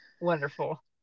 Wonderful